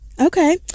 Okay